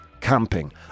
camping